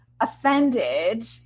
offended